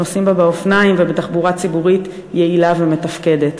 שנוסעים בה באופניים ובתחבורה ציבורית יעילה ומתפקדת.